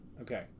okay